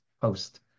post-